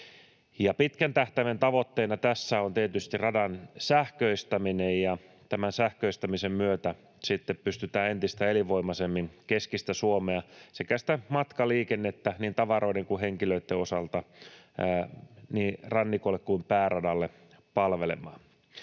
Pitkän tähtäimen tavoitteena tässä on tietysti radan sähköistäminen, ja tämän sähköistämisen myötä sitten pystytään entistä elinvoimaisemmin keskistä Suomea sekä sitä matkaliikennettä niin tavaroiden kuin henkilöitten osalta niin rannikolle kuin pääradalle palvelemaan.